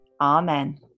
Amen